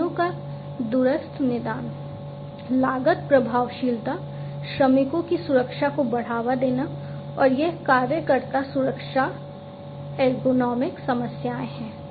मशीनों का दूरस्थ निदान लागत प्रभावशीलता श्रमिकों की सुरक्षा को बढ़ावा देना और यह कार्यकर्ता सुरक्षा एर्गोनोमिक समस्याएं हैं